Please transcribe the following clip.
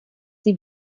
sie